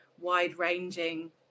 wide-ranging